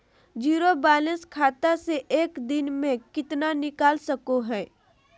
Zero balance खाता से एक दिन में कितना निकाल सको है?